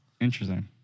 Interesting